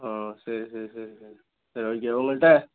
ஆ சரி சரி சரி சரி சரி சரி ஓகே உங்கள்கிட்ட